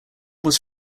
was